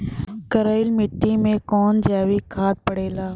करइल मिट्टी में कवन जैविक खाद पड़ेला?